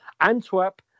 Antwerp